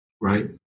Right